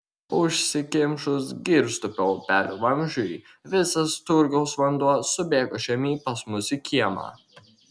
užsikimšus girstupio upelio vamzdžiui visas turgaus vanduo subėgo žemyn pas mus į kiemą